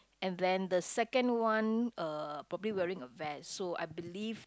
and then the second one uh probably wearing a vest so I believe